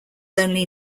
only